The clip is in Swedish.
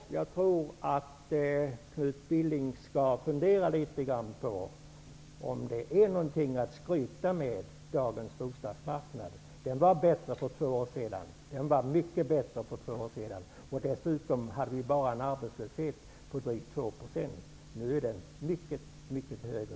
Jag tror därför att Knut Billing skall fundera litet på om dagens bostadsmarknad är någonting att skryta med. Den var mycket bättre för två år sedan. Dessutom var arbetslösheten då bara 2 %. Nu är den som bekant mycket högre.